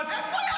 מה הקשר?